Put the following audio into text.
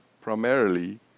primarily